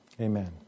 Amen